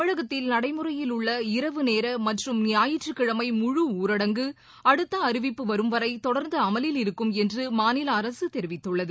தமிழகத்தில் நடைமுறையில் உள்ள நேரமற்றம் இரவு ஞாயிற்றுக்கிழமை முழு ஊரடங்கு அடுத்தஅறிவிப்பு வரும் வரைதொடர்ந்துஅமலில் இருக்கும் என்றுமாநிலஅரசுதெரிவித்துள்ளது